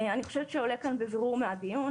אני חושבת שעולה כאן בבירור מהדיון